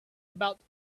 about